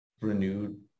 renewed